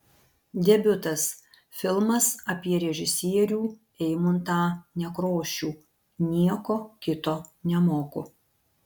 debiutas filmas apie režisierių eimuntą nekrošių nieko kito nemoku